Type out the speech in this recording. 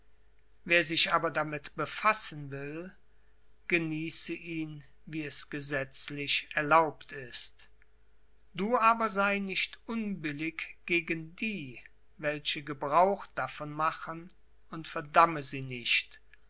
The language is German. wer sich aber damit befassen will genieße ihn wie es gesetzlich erlaubt ist du aber sei nicht unbillig gegen die welche gebrauch davon machen und verdamme sie nicht